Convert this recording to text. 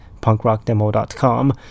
punkrockdemo.com